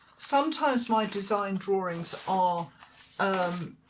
sometimes my design drawings are um